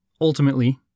Ultimately